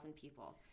people